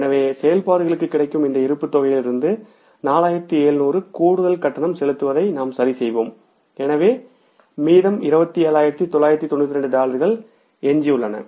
எனவே செயல்பாடுகளுக்குக் கிடைக்கும் இந்த இருப்பு தொகையிலிருந்து 4700 கூடுதல் கட்டணம் செலுத்துவதை நாம் சரிசெய்வோம் எனவே மீதம் 27992 டாலர்கள் எஞ்சியுள்ளன